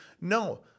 No